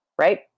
Right